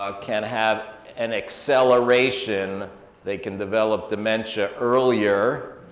ah can have an acceleration they can develop dementia earlier.